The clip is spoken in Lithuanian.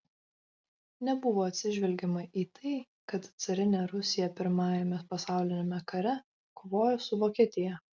nebuvo atsižvelgiama į tai kad carinė rusija pirmajame pasauliniame kare kovojo su vokietija